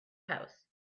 house